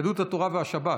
יהדות התורה והשבת.